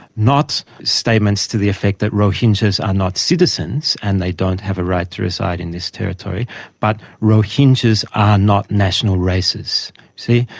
not statements to the effect that rohingyas are not citizens and they don't have a right to reside in this territory but rohingyas are not national races, see?